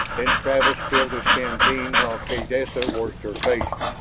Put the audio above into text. then travis filled his canteen while kaydessa washed her face,